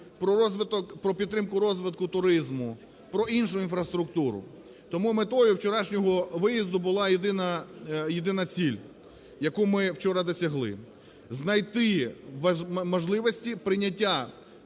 про підтримку розвитку туризму, про іншу інфраструктуру. Тому метою вчорашнього виїзду була єдина ціль, яку ми вчора досягли – знайти можливості прийняття